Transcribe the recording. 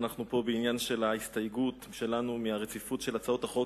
אנחנו כאן בעניין ההסתייגות שלנו מהרציפות של הצעות החוק,